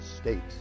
States